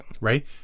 Right